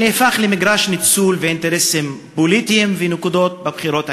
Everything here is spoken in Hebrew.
שנהפך למגרש ניצול ואינטרסים פוליטיים ונקודות בבחירות הקרבות.